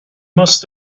must